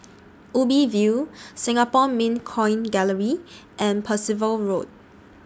Ubi View Singapore Mint Coin Gallery and Percival Road